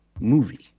movie